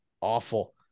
awful